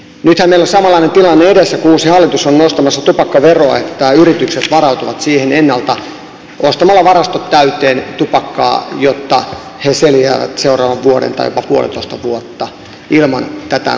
nythän meillä on samanlainen tilanne edessä kun uusi hallitus on nostamassa tupakkaveroa että nämä yritykset varautuvat siihen ennalta ostamalla varastot täyteen tupakkaa jotta he selviävät seuraavan vuoden tai jopa puolitoista vuotta ilman tätä korotusseuraamusta